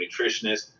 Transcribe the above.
nutritionist